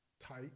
tight